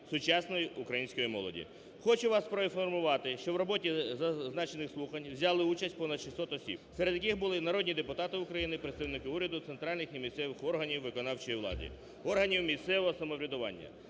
сучасної української молоді". Хочу вас проінформувати, що в роботі зазначених слухань взяли участь понад 600 осіб, серед яких були і народні депутати України, представники уряду, центральних і місцевих органів виконавчої влади, органів місцевого самоврядування,